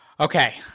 Okay